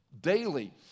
daily